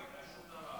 לא יקרה שום דבר.